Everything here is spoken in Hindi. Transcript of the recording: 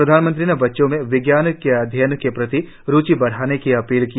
प्रधानमंत्री ने बच्चों में विज्ञान के अध्ययन के प्रति रुचि बढ़ाने की अपील की